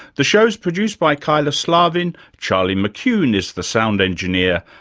the show's produced by kyla slaven, charlie mccune is the sound engineer,